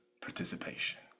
participation